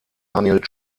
daniel